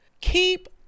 keep